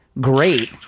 great